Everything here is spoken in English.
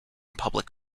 public